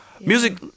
music